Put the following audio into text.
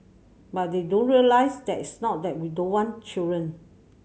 but they don't realise that it's not that we don't want children